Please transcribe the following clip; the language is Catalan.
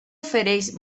ofereix